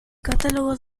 catálogo